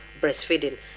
breastfeeding